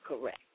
correct